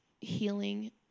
healing